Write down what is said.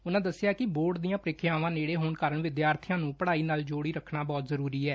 ਉਨੂਾਂ ਦੱਸਿਆ ਕਿ ਬੋਰਡ ਦੀਆਂ ਪ੍ਰੀਖਿਆਵਾਂ ਨੇੜੇ ਹੋਣ ਕਾਰਣ ਵਿਦਿਆਰਥੀਆਂ ਨੂੰ ਪੜਾਈ ਨਾਲ ਜੋੜੀ ਰੱਖਣਾ ਬਹੁਤ ਜਰੁਰੀ ਹੈ